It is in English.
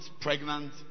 pregnant